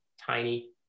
tiny